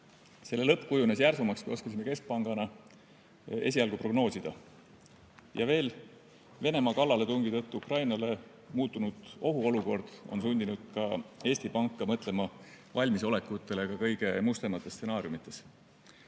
Selle lõpp kujunes järsumaks, kui oskasime keskpangana esialgu prognoosida. Ja veel, Venemaa kallaletungi tõttu Ukrainale muutunud ohuolukord on sundinud ka Eesti Panka mõtlema valmisolekutele ka kõige mustemate stsenaariumide